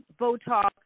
Botox